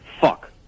Fuck